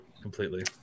completely